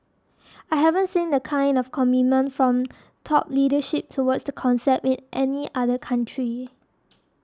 I haven't seen the kind of commitment from top leadership towards the concept in any other country